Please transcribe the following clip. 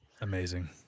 Amazing